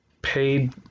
paid